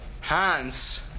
Hans